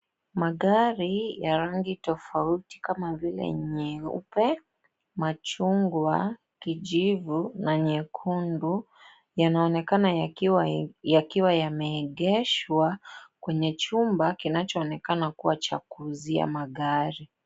Magari ya rangi tofauti kama vile, nyeupe, machungwa, kijivu, na nyekundu. Yanaoneka yakiwa yameegeshwa kwenye chumba kinachoonekana kuwa cha kuuzia magari.